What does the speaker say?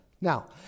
now